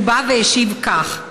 הוא בא והשיב כך: